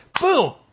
Boom